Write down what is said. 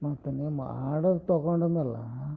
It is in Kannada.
ಮತ್ತು ನಿಮ್ಮ ಆರ್ಡರ್ ತೊಗೊಂಡ ಮ್ಯಾಲೆ